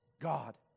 God